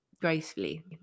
gracefully